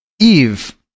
Eve